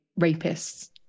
rapists